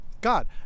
God